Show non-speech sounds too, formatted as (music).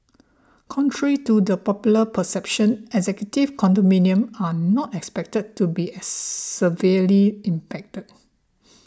contrary to the popular perception executive condominium are not expected to be as (noise) severely impacted